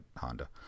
Honda